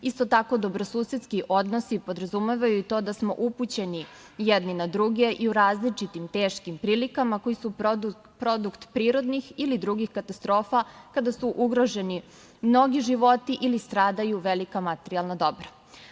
Isto tako, dobrosusedski odnosi podrazumevaju i to da smo upućeni jedni na druge i u različitim teškim prilikama koji su produkt prirodnih ili drugih katastrofa kada su ugroženi mnogi životi ili stradaju velika materijalna dobra.